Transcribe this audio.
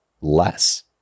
less